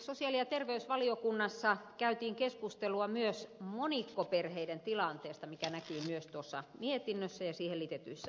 sosiaali ja terveysvaliokunnassa käytiin keskustelua myös monikkoperheiden tilanteesta mikä näkyy myös tuossa mietinnössä ja siihen liitetyissä vastalauseissa